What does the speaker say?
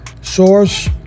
source